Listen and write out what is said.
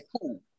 cool